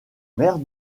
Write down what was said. maire